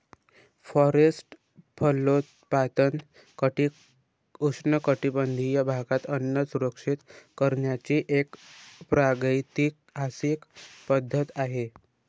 forest फलोत्पादन उष्णकटिबंधीय भागात अन्न सुरक्षित करण्याची एक प्रागैतिहासिक पद्धत आहे